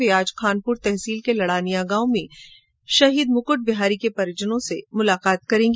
वे आज खानपुर तहसील के लडानिया गांव में शहीद मुकुट बिहारी के परिजनों से मुलाकात करेंगी